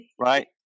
right